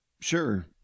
Sure